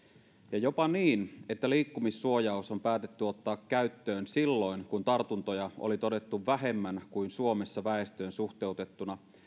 jopa niin että liikkumissuojaus on päätetty ottaa käyttöön silloin kun tartuntoja oli todettu vähemmän kuin suomessa väestöön suhteutettuna